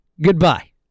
goodbye